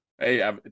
Hey